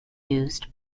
used